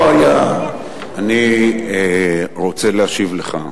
אני רוצה להשיב לך,